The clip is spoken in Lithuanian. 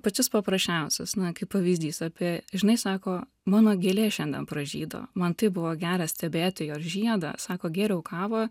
pačius paprasčiausius na kaip pavyzdys apie žinai sako mano gėlė šiandien pražydo man taip buvo gera stebėti jos žiedą sako gėriau kavą